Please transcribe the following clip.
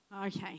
Okay